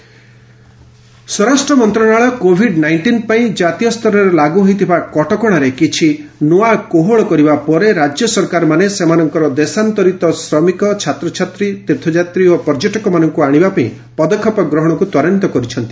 stranded people state ସ୍ୱରାଷ୍ଟ୍ର ମନ୍ତ୍ରଣାଳୟ Covid nineteen ପାଇଁ ଜାତୀୟ ସ୍ତରରେ ଲାଗୁ ହୋଇଥିବା କଟକଣାରେ କିଛି ନୂଆ କୋହଳ ସାମିଲ କରିବା ପରେ ରାଜ୍ୟ ସରକାରମାନେ ସେମାନଙ୍କର ଦେଶାନ୍ତରିତ ଶ୍ରମିକ ଛାତ୍ରଛାତ୍ରୀ ତୀର୍ଥ ଯାତ୍ରୀ ଓ ପର୍ଯ୍ୟଟକମାନଙ୍କୁ ଆଣିବା ପାଇଁ ପଦକ୍ଷେପ ଗ୍ରହଣକୁ ତ୍ୱରାନ୍ୱିତ କରିଛନ୍ତି